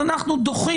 ואז אנחנו דוחים,